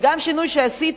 מה אומר השינוי שעשית?